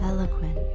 Eloquent